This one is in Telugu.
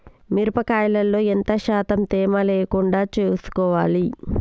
మిరప కాయల్లో ఎంత శాతం తేమ లేకుండా చూసుకోవాలి?